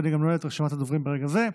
ואני גם נועל את הרשימה ברגע זה.